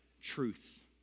truth